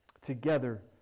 Together